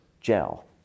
gel